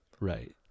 right